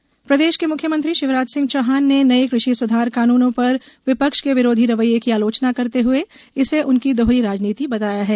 CM कृषि सुधार कानुन प्रदेश के मुख्यमंत्री शिवराज सिंह चौहान ने नये कृषि सुधार कानूनों पर विपक्ष के विरोधी रवैये की आलोचना करते हुए इसे उनकी दोहरी राजनीति बताया है